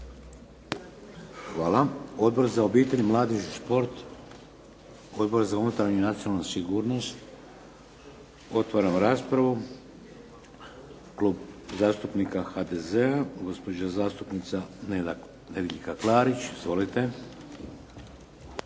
Hvala. Odbor za obitelj, mladež i šport, Odbor za unutarnju i nacionalnu sigurnost? Otvaram raspravu. Klub zastupnika HDZ-a gospođa zastupnica Nedjeljka Klarić. Izvolite.